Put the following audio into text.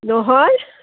নহয়